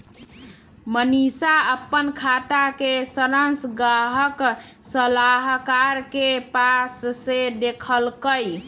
मनीशा अप्पन खाता के सरांश गाहक सलाहकार के पास से देखलकई